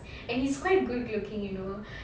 and he's quite good looking you know